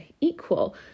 equal